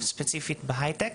ספציפית בהייטק.